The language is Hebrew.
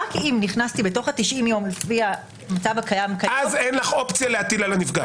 רק אם נכנסתי בתוך 90 יום -- אז אין לך אופציה להטיל על הנפגע.